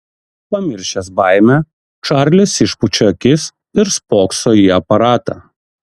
pamiršęs baimę čarlis išpučia akis ir spokso į aparatą